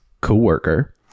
co-worker